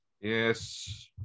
Yes